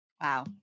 Wow